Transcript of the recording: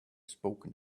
spoken